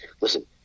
listen